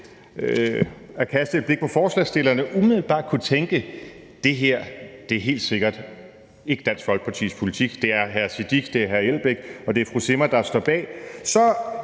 at kaste et blik på forslagsstillerne umiddelbart kunne tænke, at det her helt sikkert ikke er Dansk Folkepartis politik, for det er hr. Sikandar Siddique, det er hr. Uffe Elbæk og det er fru Susanne Zimmer, der står bag,